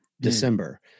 December